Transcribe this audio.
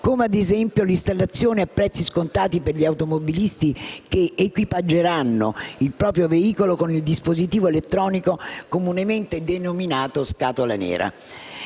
come ad esempio l'installazione a prezzi scontati per gli automobilisti che equipaggeranno il proprio veicolo con il dispositivo elettronico comunemente denominato «scatola nera».